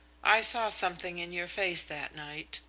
i saw something in your face that night.